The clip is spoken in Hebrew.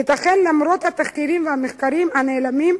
ייתכן, למרות התחקירים והמחקרים הנעלמים,